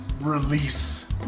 release